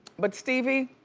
but stevie,